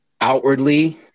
outwardly